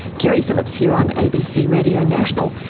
keri phillips here on abc radio national,